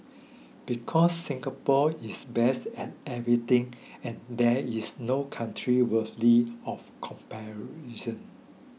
because Singapore is best at everything and there is no country worthy of comparison